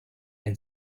and